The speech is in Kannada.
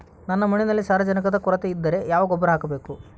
ನನ್ನ ಮಣ್ಣಿನಲ್ಲಿ ಸಾರಜನಕದ ಕೊರತೆ ಇದ್ದರೆ ಯಾವ ಗೊಬ್ಬರ ಹಾಕಬೇಕು?